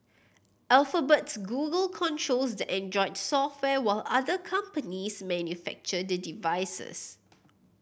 Alphabet's Google controls the Android software while other companies manufacture the devices